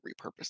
repurpose